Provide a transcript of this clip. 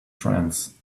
trance